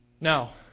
Now